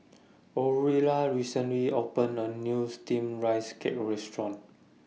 Aurilla recently opened A New Steamed Rice Cake Restaurant